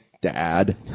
Dad